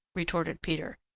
retorted peter.